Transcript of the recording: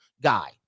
guy